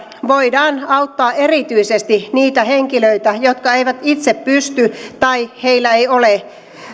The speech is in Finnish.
voidaan auttaa erityisesti niitä henkilöitä jotka eivät itse pysty hoitamaan tai joilla ei ole